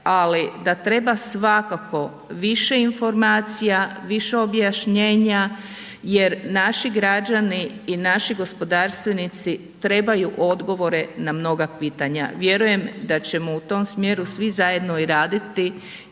ali da treba svakako više informacija, više objašnjenja jer naši građani i naši gospodarstvenici trebaju odgovore na mnoga pitanja. Vjerujem da ćemo u tom smjeru svi zajedno i raditi